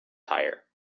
tyre